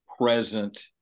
present